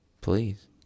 Please